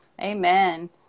Amen